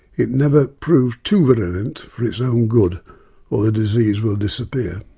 it never proved too virulent for its own good or the disease will disappear.